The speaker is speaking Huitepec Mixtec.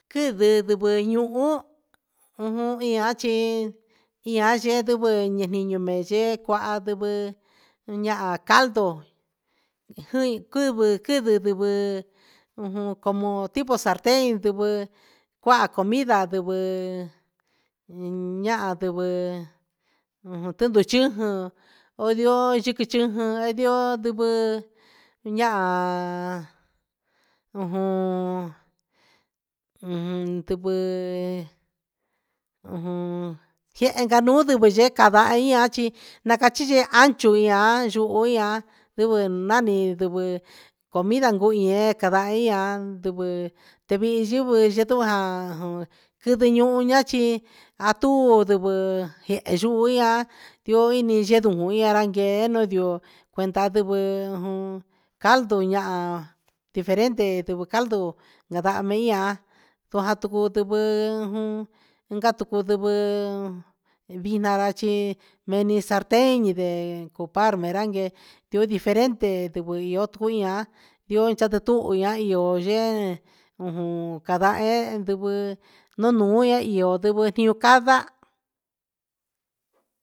Kidii ndikue ñu'u ujun ihá chí ihá yedengue he niño meyee kuá, ndengue ña'a caldo jin kingui kivii ngui ngué ujun como tipo salten ndungue ko'a comida há ndungue hé ña'a ndingué ujun tundu chuujun ondio duju chuujan ondió ña'a ujun ujun ndukué ujun yenka niunku ndiyee kaí ñachí nakachichi ancho niá ña yu'u ihán nduju naní kué comida niun ñié kada ihán ndungue ndevii yingui no ihá jan kunduñuña chí antu ndungué yee ihó ihá ndio ini chero oñará anyee ñodió, cuenta ndevee on caldo ña'a diferente ndungu caldo nanda mi ihá ndu'a tuu ndevee jun unka tuku ndengue, vinará ché meni salten ñindee copal meranke, ti'ó difetente dikui nió kuiña'a di'ó chate ti'úb ñunrá ihó uyee ujun kanda he nduku noñuu na ihó ndingui ni'ó kanra.